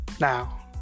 Now